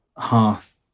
half